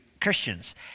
Christians